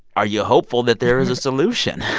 are you hopeful that there is a solution?